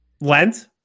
Lent